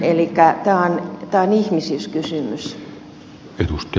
elikkä tämä on ihmisyyskysymys